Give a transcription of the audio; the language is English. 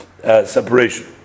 Separation